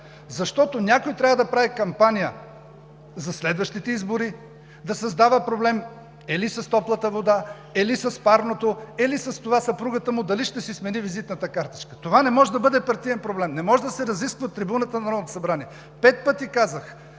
защото някой трябва да прави кампания за следващите избори, да създава проблем или с топлата вода, или с парното, или с това съпругата му дали ще си смени визитната картичка! Това не може да бъде партиен проблем, не може да се разисква от трибуната на Народното събрание. Пет пъти казах: